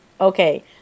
Okay